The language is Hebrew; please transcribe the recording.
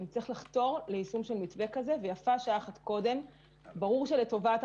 ובצורך שוב להתחיל להיכנס לשגרת חיים בנוכחות הקורונה אל מול המדיניות